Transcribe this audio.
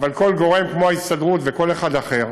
אבל כל גורם כמו ההסתדרות, וכל אחד אחר,